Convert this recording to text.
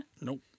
Nope